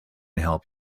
help